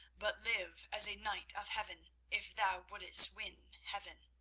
but live as a knight of heaven if thou wouldst win heaven.